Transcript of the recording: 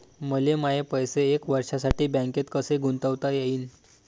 मले माये पैसे एक वर्षासाठी बँकेत कसे गुंतवता येईन?